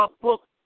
book